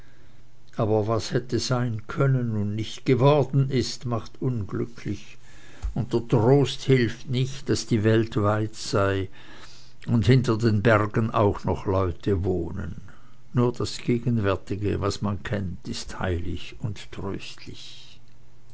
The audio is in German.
aber was hätte sein können und nicht geworden ist macht unglücklich und der trost hilft nicht daß die welt weit sei und hinter dem berge auch noch leute wohnen nur das gegenwärtige was man kennt ist heilig und tröstlich